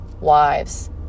wives